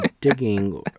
digging